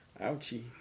Ouchie